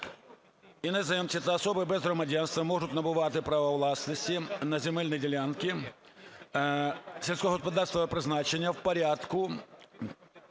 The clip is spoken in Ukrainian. "Іноземці та особи без громадянства можуть набувати право власності на земельні ділянки сільськогосподарського призначення в порядку...